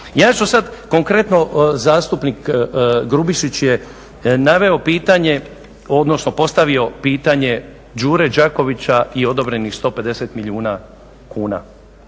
Ja ću sad konkretno zastupnik Grubišić je naveo pitanje, odnosno postavio pitanje Đure Đakovića i odobrenih 150 milijuna kuna.